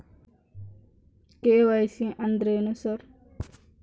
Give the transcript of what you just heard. KYC ಅಂದ್ರೇನು sir?